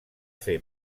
fer